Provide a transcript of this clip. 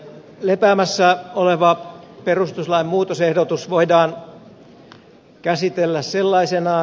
lepäämässä oleva perustuslain muutosehdotus voidaan käsitellä sellaisenaan